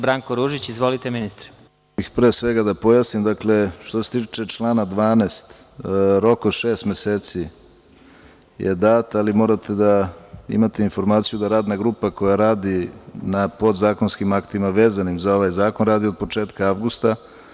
Ja bih, pre svega, da pojasnim, što se tiče člana 12. – rok od šest meseci je dat, ali morate da imate informaciju da radna grupa koja radi na podzakonskim aktima vezanim za ovaj zakon radi od početka avgusta.